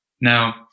Now